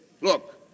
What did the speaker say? Look